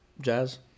Jazz